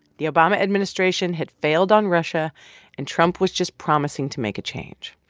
the obama administration had failed on russia and trump was just promising to make a change.